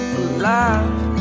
alive